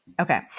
Okay